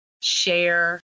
share